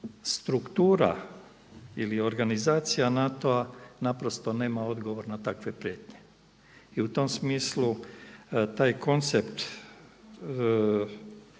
ili organizacija NATO-a naprosto nema odgovor na takve prijetnje. I u tom smislu taj koncept